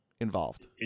involved